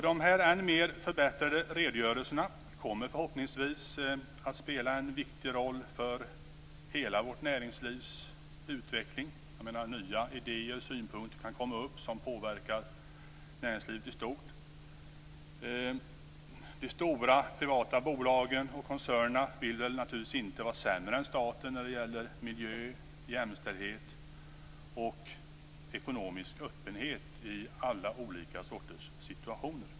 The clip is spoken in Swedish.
Dessa än mer förbättrade redogörelser kommer förhoppningsvis att spela en viktig roll för hela vårt näringslivs utveckling. Nya idéer och synpunkter kan komma upp som påverkar näringslivet i stort. De stora privata bolagen och koncernerna vill naturligtvis inte vara sämre än staten när det gäller miljö, jämställdhet och ekonomisk öppenhet i alla olika sorters situationer.